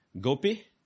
gopi